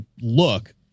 look